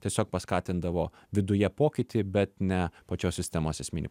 tiesiog paskatindavo viduje pokytį bet ne pačios sistemos esminį